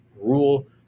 rule